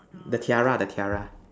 the tiara the tiara